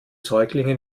säuglinge